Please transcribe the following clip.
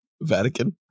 Vatican